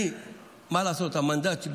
המנדט שלי,